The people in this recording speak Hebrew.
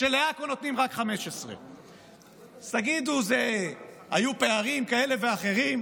כשלעכו נותנים רק 15. אז תגידו שהיו פערים כאלו ואחרים,